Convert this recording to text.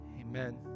Amen